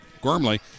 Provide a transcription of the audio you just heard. Gormley